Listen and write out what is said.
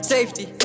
Safety